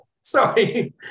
Sorry